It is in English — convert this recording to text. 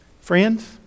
Friends